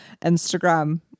Instagram